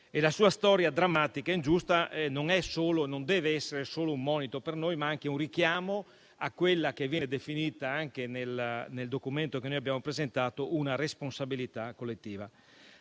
La sua storia drammatica e ingiusta non è e non deve essere solo un monito per noi, ma anche un richiamo a quella che viene definita nel documento che noi abbiamo presentato, una responsabilità collettiva.